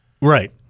Right